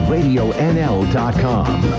RadioNL.com